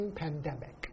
pandemic